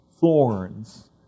thorns